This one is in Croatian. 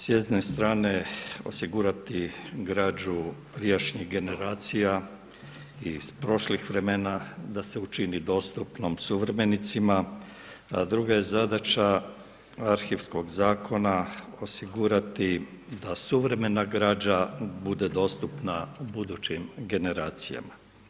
S jedne strane osigurati građu prijašnjih generacija i iz prošlih vremena da se učini dostupnim suvremenica, a druga je zadaća arhivskog zakona, osigurati, da suvremena građa bude dostupna budućim generacijama.